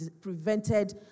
prevented